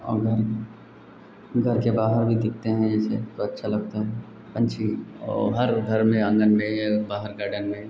और घर घर के बाहर भी दिखते हैं जैसे तो अच्छे लगते हैं पक्षी और हर घर में आँगन में बाहर गार्डन में